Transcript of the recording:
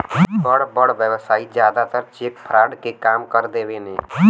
बड़ बड़ व्यवसायी जादातर चेक फ्रॉड के काम कर देवेने